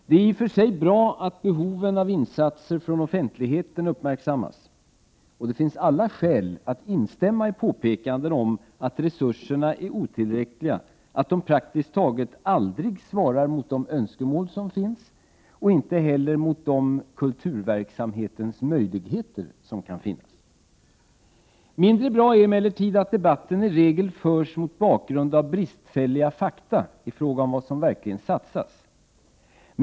Det är i och för sig bra att behoven av insatser från offentligheten uppmärksammas, och det finns alla skäl att instämma i påpekandena om att resurserna är otillräckliga, att de praktiskt taget aldrig svarar mot de önskemål som finns och inte heller mot de kulturverksamhetens möjligheter som kan finnas. Mindre bra är emellertid att debatten i regel förs mot bakgrund av bristfälliga fakta i fråga om vad som verkligen satsas.